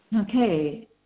Okay